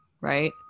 right